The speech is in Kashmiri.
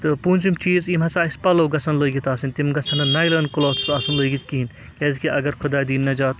تہٕ پوٗنٛژِم چیٖز یِم ہسا اَسہِ پَلو گژھن لٲگِتھ آسٕنۍ تِم گژھن نہٕ نایلان کلاتھٕس آسُن لٲگِتھ کِہیٖنۍ کیٛازِ کہِ اگر خۄدا دِیِن نَجات